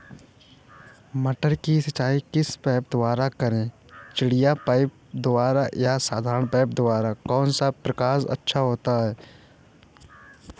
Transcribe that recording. मटर की सिंचाई किस पाइप द्वारा करें चिड़िया पाइप द्वारा या साधारण पाइप द्वारा कौन सा प्रकार अच्छा होता है?